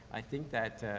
i think that,